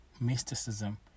mysticism